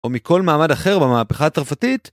או מכל מעמד אחר במהפכה הצרפתית